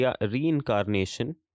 reincarnation